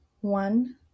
One